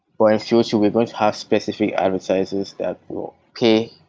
but in future, we're going to have specific advertisers that will pay,